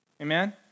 Amen